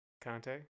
Conte